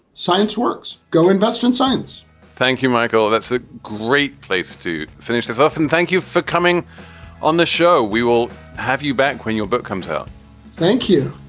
science works. go invest in science thank you, michael. that's a great place to finish this off. and thank you for coming on the show. we will have you back when your book comes out thank you